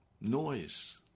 noise